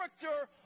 character